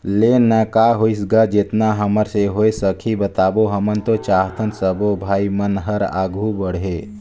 ले ना का होइस गा जेतना हमर से होय सकही बताबो हमन तो चाहथन सबो भाई मन हर आघू बढ़े